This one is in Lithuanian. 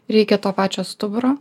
reikia to pačio stuburo